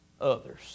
others